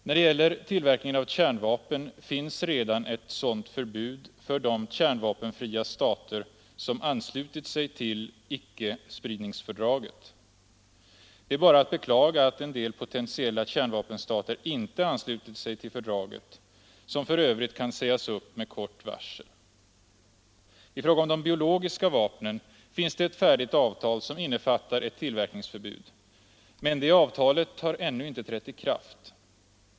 När det gäller tillverkningen av kärnvapen finns redan ett sådant förbud för de kärnvapenfria stater som anslutit sig till icke-spridningsfördraget. Det är bara att beklaga att en del potentiella kärnvapenstater inte anslutit sig till fördraget, som för övrigt kan sägas upp med kort varsel. I fråga om de biologiska vapnen finns det ett färdigt avtal som innefattar ett tillverkningsförbud — men det avtalet har ännu inte trätt i kraft.